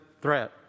threat